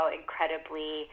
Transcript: incredibly